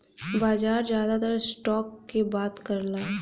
बाजार जादातर स्टॉक के बात करला